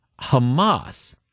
Hamas